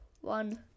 one